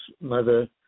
mother